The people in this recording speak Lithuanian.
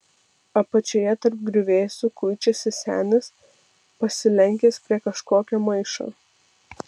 apačioje tarp griuvėsių kuičiasi senis pasilenkęs prie kažkokio maišo